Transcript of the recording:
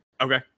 Okay